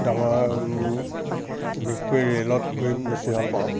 ডাঙৰ আৰু বিশেষকৈ ৰে'লত গৈ বেছি ভাল পাওঁ